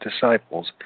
disciples